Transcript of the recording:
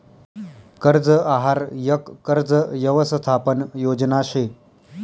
कर्ज आहार यक कर्ज यवसथापन योजना शे